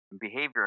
behavior